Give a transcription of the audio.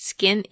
Skin